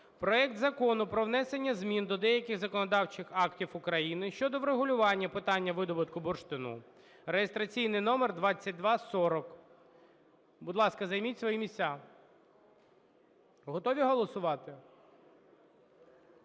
проект Закону про внесення змін до деяких законодавчих актів України щодо врегулювання питання видобутку бурштину (реєстраційний номер 2240). Будь ласка, займіть свої місця. Готові голосувати?